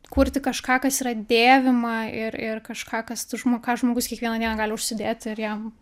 kurti kažką kas yra dėvima ir ir kažką kas tu žmo ką žmogus kiekvieną dieną gali užsidėt ir jam